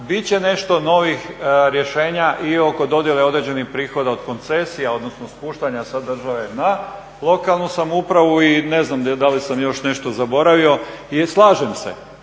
Bit će nešto novih rješenja i oko dodjele određenih prihoda od koncesija, odnosno spuštanja sa države na lokalnu samoupravu i ne znam da li sam još nešto zaboravio. I slažem se,